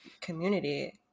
community